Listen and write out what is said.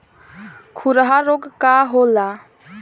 खुरहा रोग का होला?